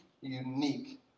unique